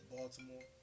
Baltimore